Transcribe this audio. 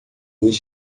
luz